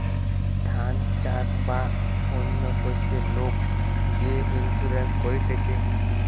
ধান চাষ বা অন্য শস্যের লোক যে ইন্সুরেন্স করতিছে